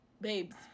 Babes